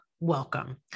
welcome